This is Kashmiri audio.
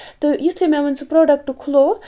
تہٕ یِتھُے مےٚ وۄنۍ سُہ پروڈَکٹ کھُلو